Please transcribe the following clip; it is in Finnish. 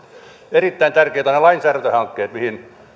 erittäin tärkeitä ovat nämä lainsäädäntöhankkeet mihin